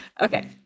Okay